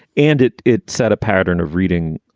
and it it set a pattern of reading.